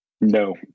no